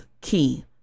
key